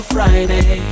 Friday